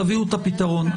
תביאו את הפתרון.